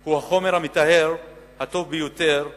הוא החומר המטהר הטוב ביותר שישנו.